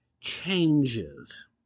changes